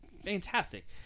fantastic